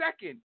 second